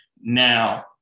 Now